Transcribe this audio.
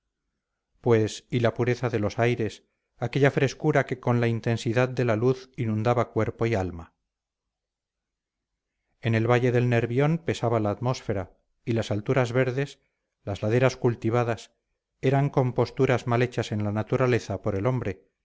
pues y la pureza de los aires aquella frescura que con la intensidad de la luz inundaba cuerpo y alma en el valle del nervión pesaba la atmósfera y las alturas verdes las laderas cultivadas eran composturas mal hechas en la naturaleza por el hombre